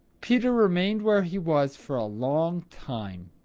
peter remained where he was for a long time.